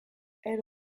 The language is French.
elle